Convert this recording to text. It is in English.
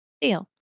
Deal